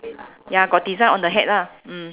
ya got design on the hat lah mm